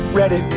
ready